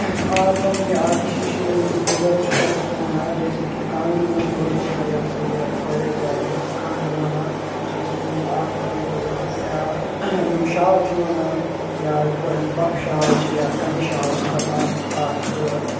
آ تم کینٛہہ آٹِسٹ چھِ یِم پِرٛزٔرٕو چھِ کَران سون آٹ جیسے کہِ کانٛگٕرِ وونِنٛگ وٲلۍ چھِ یہِ ہَسا یہِ واریاہ زیادٕ رٕژ کانٛگرِ وونان تہٕ تِم چھِ اَسہِ سون آٹ کَران پِرٛزٲرٕو تہٕ یا یِم شال چھِ وَنان یا یِتھ پٲٹھۍ بۄپھ شال چھِ یا کَنہِ شال چھِ دَپان اَکھ